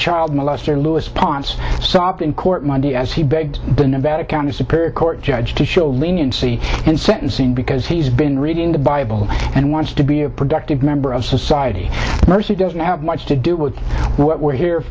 child molester lewis ponce stopped in court monday as he begged the nevada county superior court judge to shield leniency in sentencing because he's been reading the bible and wants to be a productive member of society mercy doesn't have much to do with what we're here